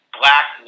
black